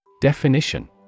Definition